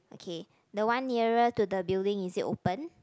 okay the one nearer to the building is it open